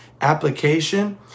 application